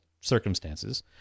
circumstances